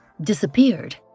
disappeared